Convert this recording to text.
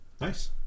Nice